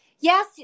Yes